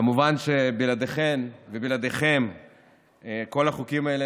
כמובן שבלעדיכן ובלעדיכם כל החוקים האלה